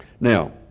Now